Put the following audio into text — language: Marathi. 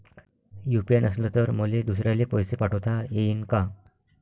यू.पी.आय नसल तर मले दुसऱ्याले पैसे पाठोता येईन का?